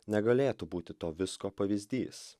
negalėtų būti to visko pavyzdys